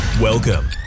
Welcome